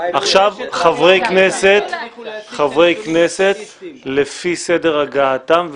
עכשיו חברי כנסת לפי סדר הגעתם,